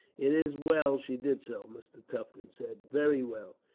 it is well she did so, mr. tufton said very well.